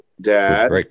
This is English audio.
Dad